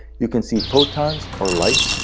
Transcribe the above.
you can see photons, or light,